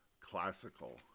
classical